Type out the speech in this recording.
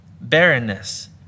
barrenness